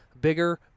bigger